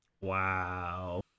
Wow